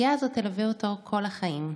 הפציעה הזאת תלווה אותו כל החיים.